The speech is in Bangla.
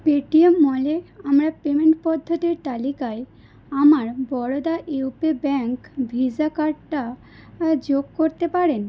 পেটিএম ওয়ালেটে আমরা পেমেন্ট পদ্ধতির তালিকায় আমার বরোদা ইউপি ব্যাঙ্ক ভিসা কার্ডটা যোগ করতে পারেন